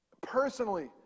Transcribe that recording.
Personally